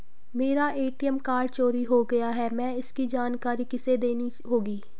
मेरा ATM card चोरी हो गया है इसकी जानकारी किसे देनी होगी?